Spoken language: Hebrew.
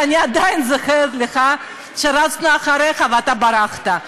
שאני עדיין זוכרת לך שרצנו אחריך ואתה ברחת.